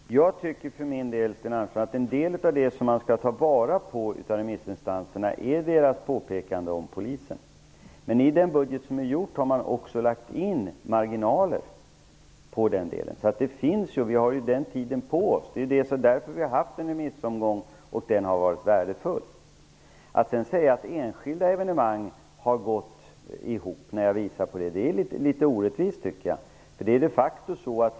Herr talman! Jag tycker för min del att det man bl.a. skall ta till vara från remissinstanserna är deras påpekande om polisen, Sten Andersson. I den budget som är gjord har det också lagts in marginaler vad gäller den delen. Vi har tid på oss. Vi har haft en remissomgång för att få synpunkter, och den har varit värdefull. Att sedan säga att enskilda evenemang har gått ihop, när jag visar på det, tycker jag är litet orättvist.